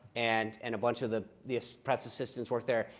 and and a bunch of the the so press assistants work there.